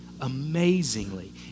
Amazingly